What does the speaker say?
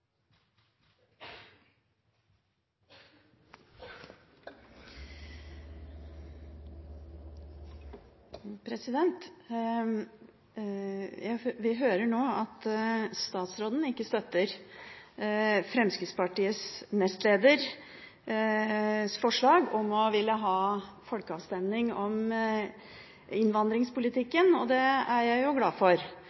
Vi hører nå at statsråden ikke støtter Fremskrittspartiets nestleders forslag om å ville ha folkeavstemning om